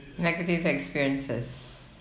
negative experiences